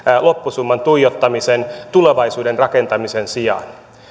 loppusumman tuijottamisen tulevaisuuden rakentamisen sijaan